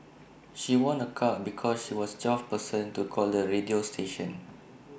she won A car because she was the twelfth person to call the radio station